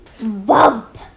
Bump